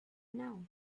now